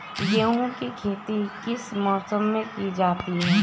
गेहूँ की खेती किस मौसम में की जाती है?